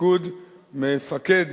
בפיקוד מפקד